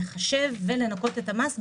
לחשב ולנכות את המס,